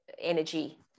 energy